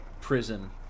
prison